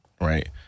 right